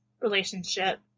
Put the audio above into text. relationship